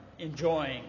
enjoying